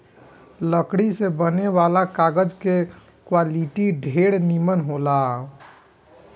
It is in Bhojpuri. लकड़ी से बने वाला कागज के क्वालिटी ढेरे निमन होला